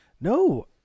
No